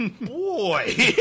Boy